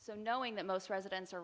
so knowing that most residents are